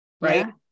right